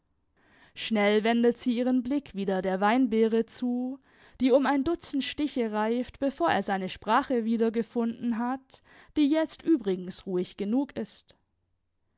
schnell wendet sie ihren blick wieder der weinbeere zu die um ein dutzend stiche reift bevor er seine sprache wiedergefunden hat die jetzt übrigens ruhig genug ist